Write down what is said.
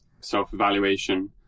self-evaluation